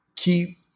keep